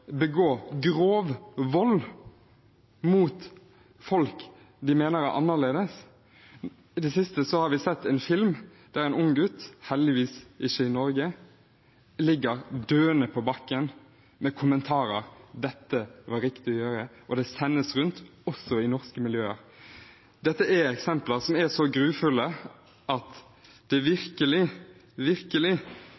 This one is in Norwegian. begå grov vold mot folk de mener er annerledes. I det siste har vi sett en film der en ung gutt, heldigvis ikke i Norge, ligger døende på bakken med kommentaren: Dette var riktig å gjøre. Det sendes rundt også i norske miljøer. Dette er eksempler som er så grufulle at det